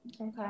Okay